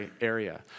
area